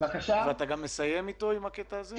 אתה גם מסיים עם הקטע הזה?